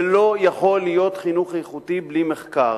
ולא יכול להיות חינוך איכותי בלי מחקר.